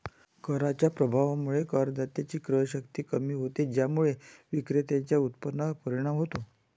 कराच्या प्रभावामुळे करदात्याची क्रयशक्ती कमी होते, ज्यामुळे विक्रेत्याच्या उत्पन्नावर परिणाम होतो